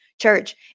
church